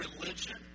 religion